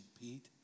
Pete